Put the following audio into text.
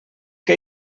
que